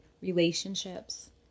relationships